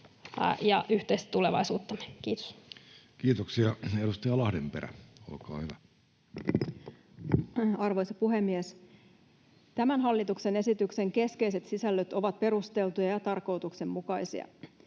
ja yhteistä tulevaisuuttamme. — Kiitos. Kiitoksia. — Edustaja Lahdenperä, olkaa hyvä. Arvoisa puhemies! Tämän hallituksen esityksen keskeiset sisällöt ovat perusteltuja ja tarkoituksenmukaisia.